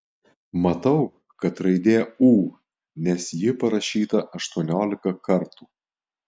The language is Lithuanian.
matau kad raidė ū nes ji parašyta aštuoniolika kartų